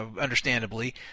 understandably